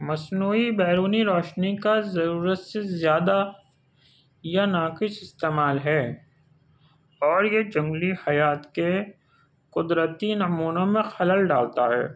مصنوعی بیرونی روشنی کا ضرورت سے زیادہ یا ناقص استعمال ہے اور یہ جنگلی حیات کے قدرتی نمونوں میں خلل ڈالتا ہے